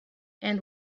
and